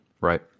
right